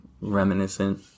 reminiscent